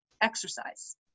exercise